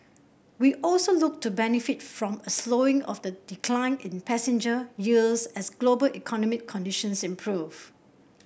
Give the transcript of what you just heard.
we also look to benefit from a slowing of the decline in passenger yields as global economic conditions improve